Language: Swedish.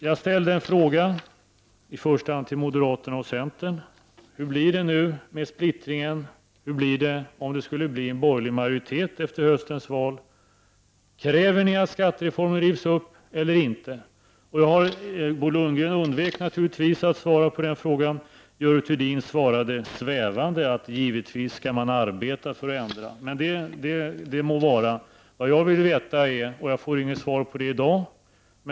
Jag ställde en fråga, i första hand till moderaterna och centern: Hur blir det nu med splittringen, om det skulle bli en borgerlig majoritet efter höstens val? Kräver ni att skattereformen rivs upp, eller kräver ni det inte? Bo Lundgren undvek naturligtvis att svara på den frågan. Görel Thurdin svarade svä vande att givetvis skall man arbeta för att ändra. Det må vara, men jag får inget svar på min fråga i dag.